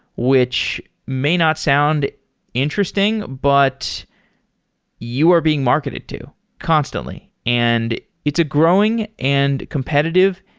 which may not sound interesting, but you are being marketed to constantly, and it's a growing, and competitive,